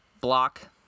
block